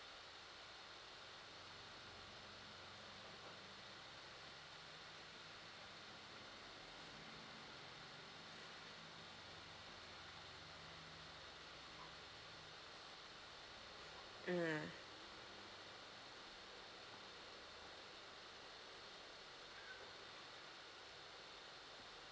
mm